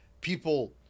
people